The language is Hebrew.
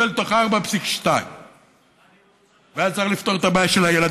אל תוך 4.2. ואז היה צריך לפתור את הבעיה של הילדים,